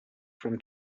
from